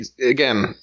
again